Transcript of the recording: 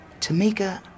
Tamika